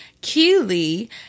Keely